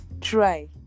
try